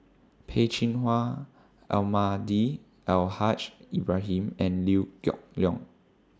Peh Chin Hua Almahdi Al Haj Ibrahim and Liew Geok Leong